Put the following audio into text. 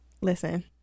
Listen